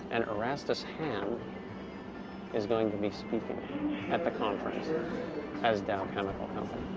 and erastus hamm is going to be speaking at the conference as dow chemical company.